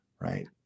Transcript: Right